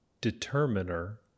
determiner